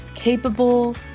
capable